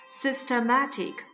systematic